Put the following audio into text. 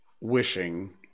wishing